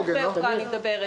אני לא מדברת על רכבי היוקרה.